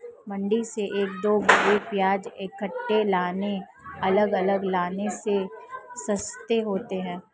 मंडी से एक दो बोरी प्याज इकट्ठे लाने अलग अलग लाने से सस्ते पड़ते हैं